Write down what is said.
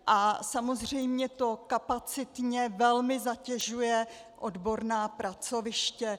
A samozřejmě to kapacitně velmi zatěžuje odborná pracoviště.